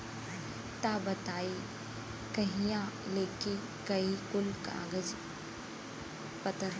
तब बताई कहिया लेके आई कुल कागज पतर?